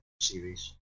series